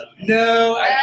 No